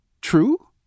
true